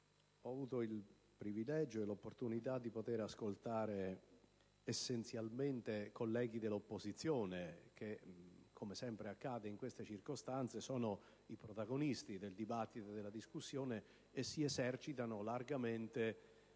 ho avuto il privilegio e l'opportunità di poter ascoltare essenzialmente colleghi dell'opposizione che, come sempre accade in queste circostanze, sono protagonisti del dibattito e si esercitano ampiamente